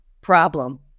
problem